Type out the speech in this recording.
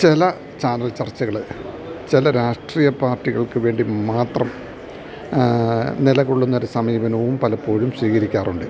ചില ചാനൽ ചർച്ചകള് ചില രാഷ്ട്രീയ പാർട്ടികൾക്ക് വേണ്ടി മാത്രം നിലകൊള്ളുന്നൊരു സമീപനവും പലപ്പോഴും സ്വീകരിക്കാറുണ്ട്